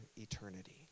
eternity